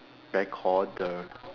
recorder